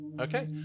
Okay